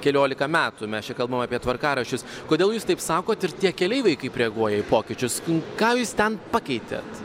keliolika metų mes čia kalbam apie tvarkaraščius kodėl jūs taip sakot ir tie keleiviai kaip reaguoja į pokyčius kai ką jūs ten pakeitėt